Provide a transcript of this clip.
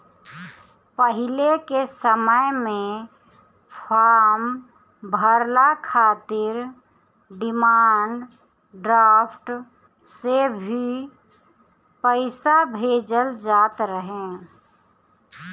पहिले के समय में फार्म भरला खातिर डिमांड ड्राफ्ट से ही पईसा भेजल जात रहे